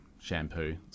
shampoo